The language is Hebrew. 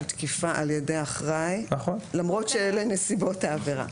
תקיפה על ידי אחראי למרות שאלה נסיבות העבירה,